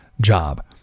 job